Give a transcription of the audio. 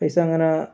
പൈസ അങ്ങനെ